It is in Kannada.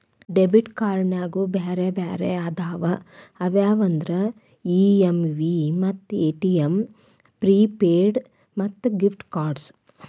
ಡೆಬಿಟ್ ಕ್ಯಾರ್ಡ್ನ್ಯಾಗು ಬ್ಯಾರೆ ಬ್ಯಾರೆ ಅದಾವ ಅವ್ಯಾವಂದ್ರ ಇ.ಎಮ್.ವಿ ಮತ್ತ ಎ.ಟಿ.ಎಂ ಪ್ರಿಪೇಯ್ಡ್ ಮತ್ತ ಗಿಫ್ಟ್ ಕಾರ್ಡ್ಸ್